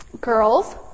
girls